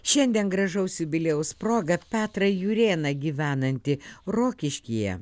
šiandien gražaus jubiliejaus proga petrai jurėną gyvenantį rokiškyje